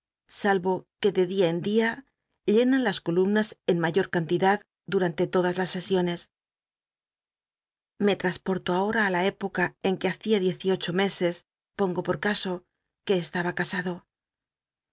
vo que de día en día llenan las col umnas en mayor cantidad durante todas las sesiones ife traspo rto ahora í la época en que hacia diez y ocho meses pongo por caso que estaba casado